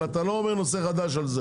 אבל אתה לא טוען נושא חדש על זה.